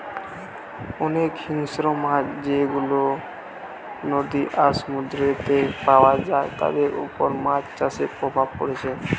অনেক হিংস্র মাছ যেগুলা নদী আর সমুদ্রেতে পায়া যায় তাদের উপর মাছ চাষের প্রভাব পড়ছে